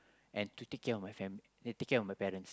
and to take care of my family take care of my parents